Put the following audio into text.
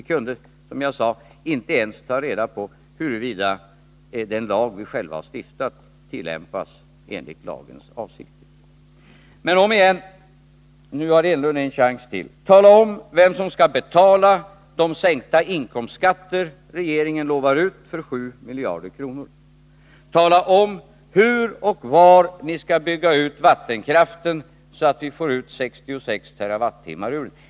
Vi kunde, som sagt, inte ens ta reda på huruvida den lag som vi själva har stiftat tillämpas enligt lagens mening. Men nu har Eric Enlund en chans till: Tala om vem som skall betala den sänkning av inkomstskatterna på 7 miljarder kronor som regeringen lovar ut! Tala om hur och var ni skall bygga ut vattenkraften, så att vi får ut 66 terawattimmar!